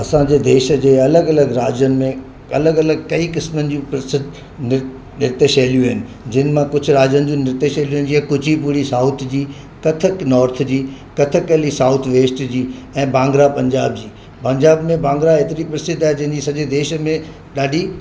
असांजे देश जे अलॻि अलॻि राज्यनि में अलॻि अलॻि कई क़िस्मनि जूं प्रसिद्ध नृत्य शैलियूं आहिनि जिन मां कुझु राज्यनि जूं नृत्य शैलियूं आहिनि जीअं कुचीपुड़ी साउथ जी कथक नॉर्थ जी कथकली साउथ वेस्ट जी ऐं भांगड़ा पंजाब जी पंजाब में भांगड़ा एतिरी प्रसिद्ध आहे जंहिंजी सॼे देश में ॾाढी